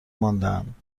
ماندهاند